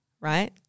right